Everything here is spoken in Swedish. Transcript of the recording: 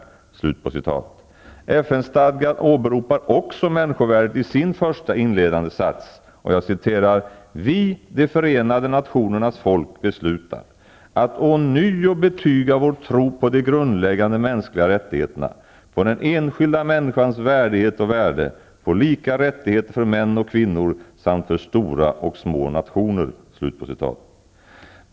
FN-stadgan åberopar också människovärdet i sin första inledande sats: ''Vi, de förenade nationernas folk, beslutar --- att ånyo betyga vår tro på de grundläggande mänskliga rättigheterna, på den enskilda människans värdighet och värde, på lika rättigheter för män och kvinnor samt för stora och små nationer.''